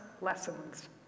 lessons